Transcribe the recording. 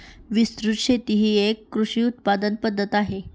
विस्तृत शेती ही एक कृषी उत्पादन पद्धत आहे